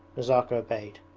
nazirka obeyed.